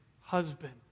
husband